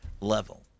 level